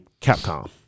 Capcom